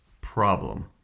Problem